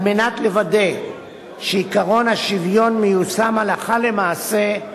על מנת לוודא שעקרון השוויון מיושם הלכה למעשה,